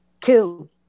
two